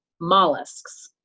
mollusks